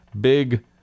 big